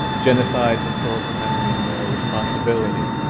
genocide historical memory and moral responsibility.